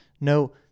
No